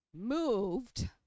moved